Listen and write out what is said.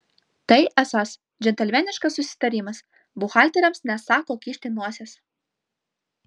tai esąs džentelmeniškas susitarimas buhalteriams nesą ko kišti nosies